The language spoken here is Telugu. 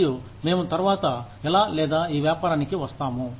మరియు మేము తర్వాత ఎలా లేదా ఈ వ్యాపారానికి వస్తాము